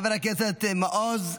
חבר הכנסת מעוז,